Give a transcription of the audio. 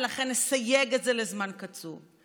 ולכן נסייג את זה לזמן קצוב.